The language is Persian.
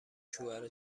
شوهر